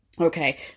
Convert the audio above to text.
Okay